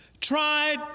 tried